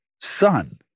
son